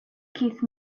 keith